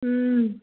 ಹ್ಞೂ